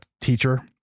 teacher